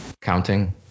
counting